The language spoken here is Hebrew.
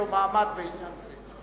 יהיה לו מעמד בעניין זה.